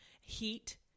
heat